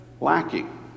lacking